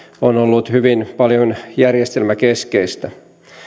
on ollut hyvin paljon järjestelmäkeskeistä